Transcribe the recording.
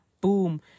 boom